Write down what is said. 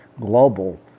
global